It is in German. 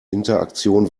interaktion